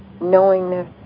knowingness